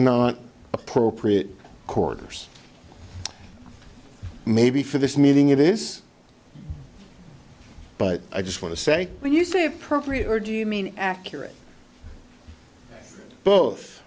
not appropriate corridors maybe for this meeting it is but i just want to say when you say appropriate or do you mean accurate both